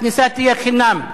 הכניסה תהיה חינם.